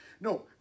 No